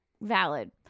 valid